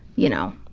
you know,